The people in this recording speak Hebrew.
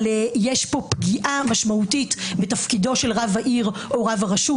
יש פה פגיעה משמעותית בתפקידו של רב העיר או רב הרשות,